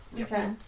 Okay